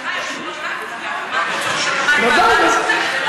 לצורך הקמת ועדה משותפת.